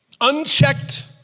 Unchecked